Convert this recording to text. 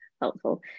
Helpful